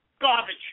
garbage